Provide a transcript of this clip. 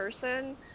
person